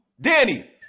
Danny